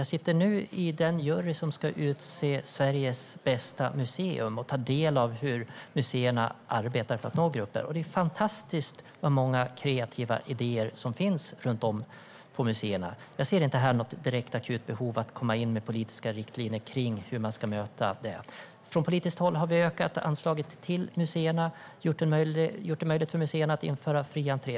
Jag sitter nu i den jury som ska utse Sveriges bästa museum och får ta del av hur museerna arbetar för att nå grupper. Det är fantastiskt hur många kreativa idéer som finns runt om på museerna. Jag ser inte här något direkt akut behov av att komma in med politiska riktlinjer för hur man ska möta detta. Från politiskt håll har vi ökat anslaget till museerna och gjort det möjligt för museerna att införa fri entré.